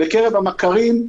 בקרב המכרים,